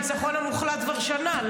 גם בתל אביב?